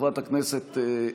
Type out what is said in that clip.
חברת הכנסת וזאן,